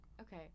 okay